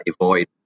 avoid